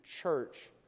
church